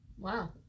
Wow